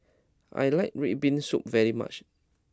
I like red bean soup very much